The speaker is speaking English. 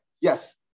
Yes